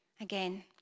Again